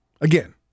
Again